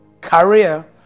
career